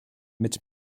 mit